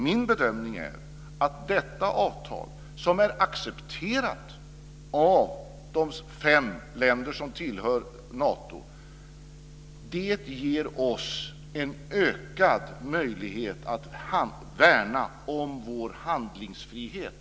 Min bedömning är att detta avtal, som är accepterat av de fem länder som tillhör Nato, ger oss en ökad möjlighet att värna om vår handlingsfrihet.